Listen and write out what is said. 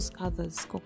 others